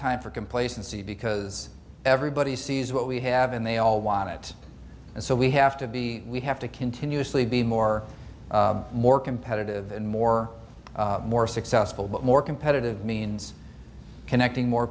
time for complacency because everybody sees what we have and they all want it and so we have to be we have to continuously be more more competitive and more more successful but more competitive means connecting more